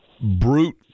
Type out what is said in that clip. brute